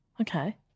Okay